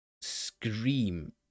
scream